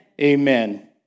Amen